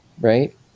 right